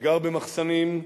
שגר במחסנים,